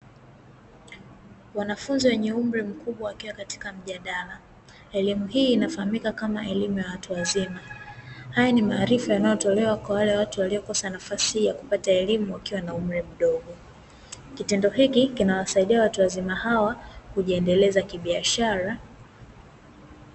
Wanafunzi wenye umri mkubwa wakiwa katika mjadala. Elimu hii inafahamika kama elimu ya watu wazima. Haya ni maarifa yanayotolewa kwa wale watu waliokosa nafasi yakupata elimu wakiwa wakiwa umri mdogo, kitendo hiki kinawasaidia watu wazima hawa kujiendeleza kwa biashara.